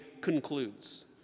concludes